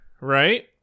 right